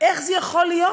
איך יכול להיות